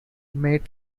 mate